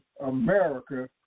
America